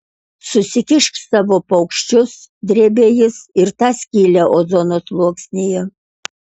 susikišk savo paukščius drėbė jis ir tą skylę ozono sluoksnyje